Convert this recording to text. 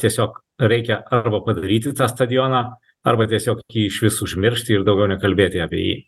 tiesiog reikia arba padaryti tą stadioną arba tiesiog jį išvis užmiršt ir daugiau nekalbėti apie jį